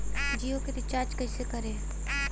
जियो के रीचार्ज कैसे करेम?